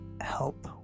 help